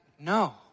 No